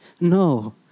No